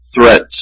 threats